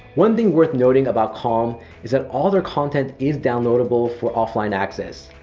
one thing worth noting about calm is that all their content is downloadable for offline access.